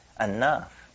enough